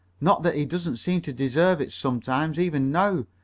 not that he doesn't seem to deserve it sometimes even now,